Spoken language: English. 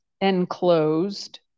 enclosed